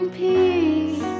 peace